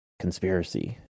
conspiracy